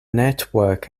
network